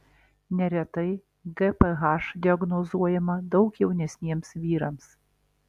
neretai gph diagnozuojama daug jaunesniems vyrams